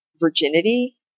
virginity